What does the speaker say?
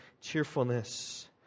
cheerfulness